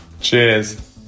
cheers